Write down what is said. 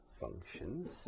functions